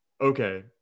okay